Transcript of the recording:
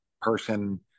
person